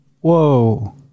whoa